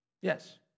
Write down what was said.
Yes